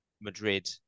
Madrid